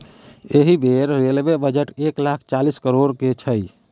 एहि बेर railway budget एक लाख चालीस करोड़क छै